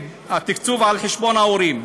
התקצוב הוא על חשבון ההורים.